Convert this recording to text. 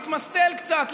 להתמסטל קצת,